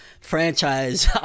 franchise